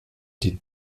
die